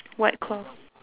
white cloth